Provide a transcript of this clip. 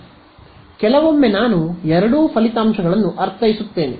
ಲ ಕೆಲವೊಮ್ಮೆ ನಾನು ಎರಡೂ ಫಲಿತಾಂಶಗಳನ್ನು ಅರ್ಥೈಸುತ್ತೇನೆ